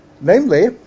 Namely